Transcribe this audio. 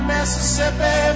Mississippi